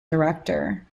director